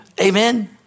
Amen